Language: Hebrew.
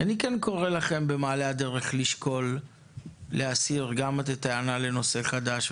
אני כן קורא לכם במעלה הדרך לשקול להסיר גם את הטענה לנושא חדש,